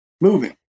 moving